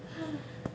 !hais!